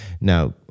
Now